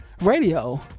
radio